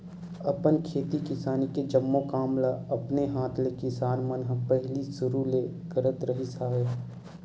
अपन खेती किसानी के जम्मो काम ल अपने हात ले किसान मन ह पहिली सुरु ले करत रिहिस हवय